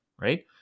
right